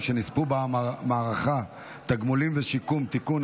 שנספו במערכה (תגמולים ושיקום) (תיקון,